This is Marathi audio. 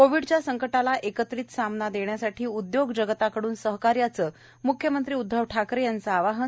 कोविडच्या संकटाला एकत्रित सामना देण्यासाठी उद्योग जगताकडून सहकार्यच मुख्यमंत्री उद्धव ठाकरे यांचं आवाहन